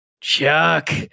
Chuck